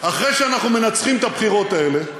אחרי שאנחנו מנצחים בבחירות האלה,